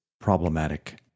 problematic